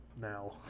now